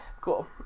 cool